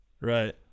Right